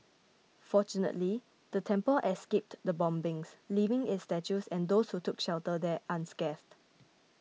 fortunately the temple escaped the bombings leaving its statues and those who took shelter there unscathed